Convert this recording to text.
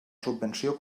subvenció